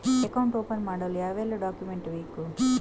Account open ಮಾಡಲು ಯಾವೆಲ್ಲ document ಬೇಕು?